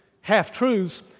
half-truths